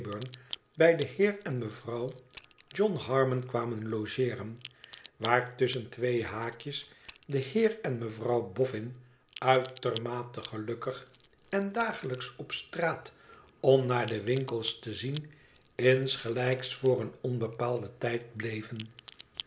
bij den heer en mevrouw john harmon kwamen logeeren waar tusschen twee haakjes de heer en mevrouw bofhn uitermate gelukkig en dagelijks op straat om naar de winkels te zien msgelijks voor een onbepaalden tijd bleven